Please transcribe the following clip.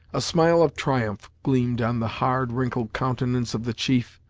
a smile of triumph gleamed on the hard wrinkled countenance of the chief,